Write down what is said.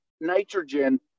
nitrogen